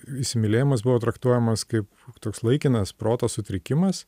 įsimylėjimas buvo traktuojamas kaip toks laikinas proto sutrikimas